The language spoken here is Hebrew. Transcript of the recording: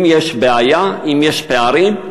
אם יש בעיה, אם יש פערים,